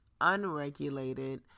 unregulated